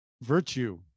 virtue